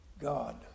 God